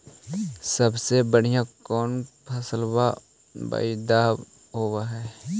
सबसे बढ़िया कौन फसलबा पइदबा होब हो?